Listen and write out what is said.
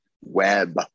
web